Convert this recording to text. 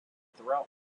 throughout